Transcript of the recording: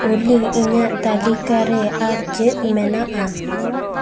ᱚᱞᱤ ᱤᱧᱟᱹᱜ ᱛᱟᱞᱤᱠᱟᱨᱮ ᱟᱨ ᱪᱮᱫ ᱢᱮᱱᱟᱜᱼᱟ